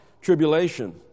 tribulation